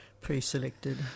pre-selected